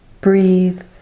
Breathe